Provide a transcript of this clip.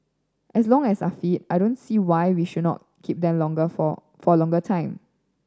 as long as are fit I don't see why we should not keep them longer for for a longer time